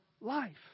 life